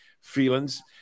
feelings